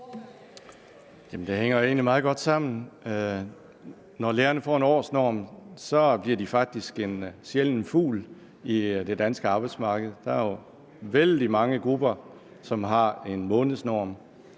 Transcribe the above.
egentlig meget godt sammen. Når lærerne får en årsnorm, bliver de for det første faktisk en sjælden fugl på det danske arbejdsmarked. Der er jo vældig mange grupper, som har en månedsnorm.